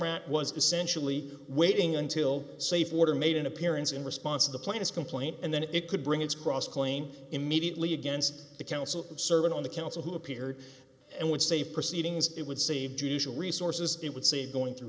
samrat was essentially waiting until safe order made an appearance in response to the plans complaint and then it could bring its cross clean immediately against the council serving on the council who appeared and would save proceedings it would save judicial resources it would see going through